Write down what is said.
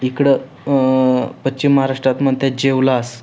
इकडं पश्चिम महाराष्ट्रात म्हणतात जेवलास